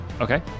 Okay